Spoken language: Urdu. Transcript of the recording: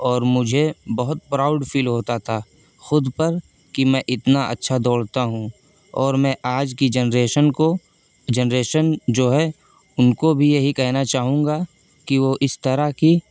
اور مجھے بہت پراؤڈ فیل ہوتا تھا خود پر کہ میں اتنا اچّھا دوڑتا ہوں اور میں آج کی جنریشن کو جنریشن جو ہے ان کو بھی یہی کہنا چاہوں گا کہ وہ اس طرح کہ